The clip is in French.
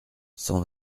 cent